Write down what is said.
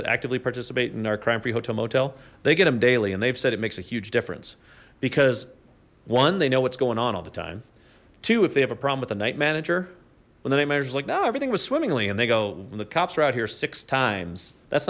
that actively participate in our crime free hotel motel they get them daily and they've said it makes a huge difference because one they know what's going on all the time two if they have a problem with a night manager when the night manager is like now everything was swimmingly and they go the cops are out here six times that's